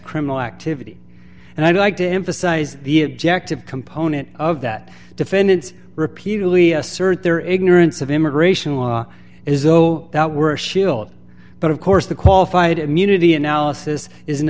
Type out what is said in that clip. criminal activity and i'd like to emphasize the objective component of that defendants repeatedly assert their ignorance of immigration law is though that were shield but of course the qualified immunity analysis is an